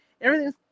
everything's